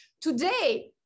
Today